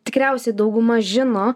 tikriausiai dauguma žino